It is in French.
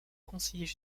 conseiller